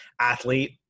athlete